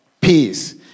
peace